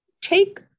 take